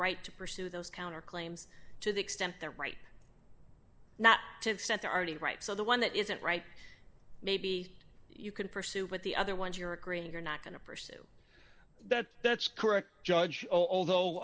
right to pursue those counter claims to the extent that right now to extent they're already right so the one that isn't right maybe you could pursue with the other ones you're a great you're not going to pursue that that's correct judge although